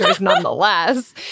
nonetheless